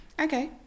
Okay